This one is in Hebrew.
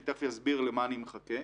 ואני תיכך אסביר למה אני מחכה,